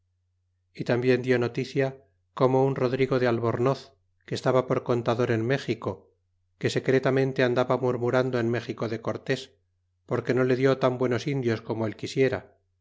y tambien dió noticia como un rodrigo de albornoz que estaba por contador en méxico que secretamente andaba murmurando en méxico de cortés porque no le die tan buenos indios como él quisiera